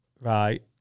right